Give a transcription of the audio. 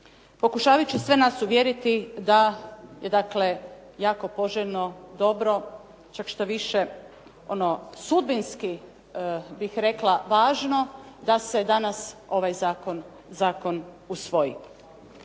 pokušavajući sve nas uvjeriti da je dakle jako poželjno dobro, čak štoviše ono sudbinski bih rekla važno da se danas ovaj zakon usvoji.